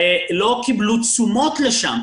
לא קיבלו תשומות לשם.